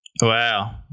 Wow